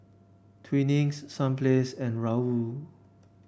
Twinings Sunplay and Raoul